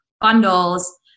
bundles